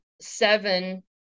seven